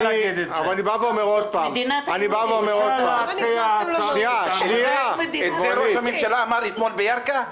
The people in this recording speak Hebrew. את זה ראש הממשלה אמר אתמול בירכא?